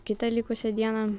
kitą likusią dieną